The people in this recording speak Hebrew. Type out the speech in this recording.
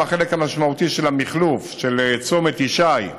החלק המשמעותי של המחלוף של צומת ישי,